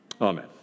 Amen